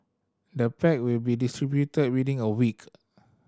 the pack will be distributed within a week